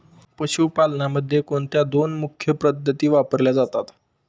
पशुपालनामध्ये कोणत्या दोन मुख्य पद्धती वापरल्या जातात?